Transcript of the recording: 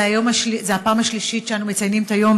הפעם השלישית שאנו מציינים את היום,